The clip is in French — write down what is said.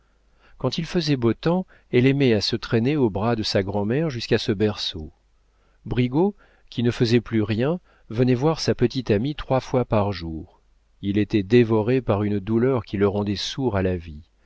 quand il faisait beau temps elle aimait à se traîner au bras de sa grand'mère jusqu'à ce berceau brigaut qui ne faisait plus rien venait voir sa petite amie trois fois par jour il était dévoré par une douleur qui le rendait sourd à la vie